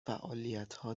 فعالیتها